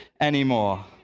anymore